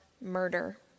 murder